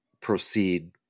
proceed